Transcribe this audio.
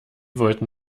wollten